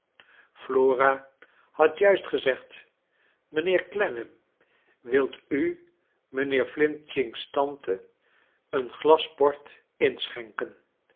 flora had juist gezegd mijnheer clennam wilt u mijnheer f's tante een glas port inschenken